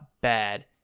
bad